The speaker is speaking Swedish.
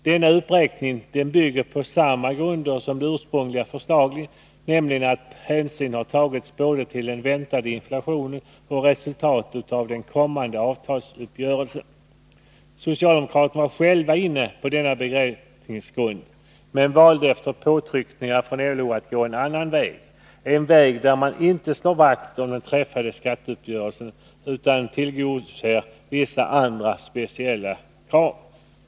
Denna uppräkning bygger på samma grunder som det ursprungliga förslaget. Hänsyn har alltså tagits både till den väntade inflationen och till resultatet av en kommande avtalsuppgörelse. Socialdemokraterna var själva inne på denna beräkningsgrund men valde efter påtryckningar från LO att gå en annan väg— en väg där man inte slår vakt om den träffade skatteuppgörelsen utan tillgodoser vissa andra speciella krav.